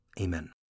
Amen